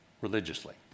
religiously